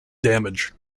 damage